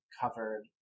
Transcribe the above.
covered